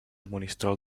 monistrol